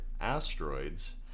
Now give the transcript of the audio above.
asteroids